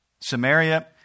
Samaria